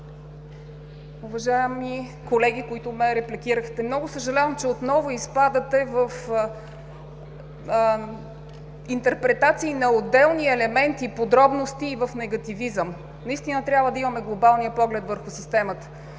Уважаеми колеги, които ме репликирахте, много съжалявам, че отново изпадате в интерпретации на отделни елементи и подробности, и в негативизъм – наистина трябва да имаме глобалния поглед върху системата.